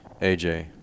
AJ